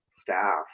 staff